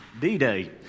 D-Day